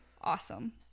awesome